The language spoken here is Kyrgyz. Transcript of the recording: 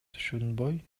түшүнбөй